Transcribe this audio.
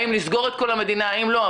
אם לסגור את כל המדינה, אם לא.